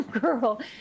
girl